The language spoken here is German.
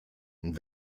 und